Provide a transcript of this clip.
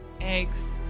eggs